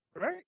Right